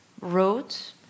wrote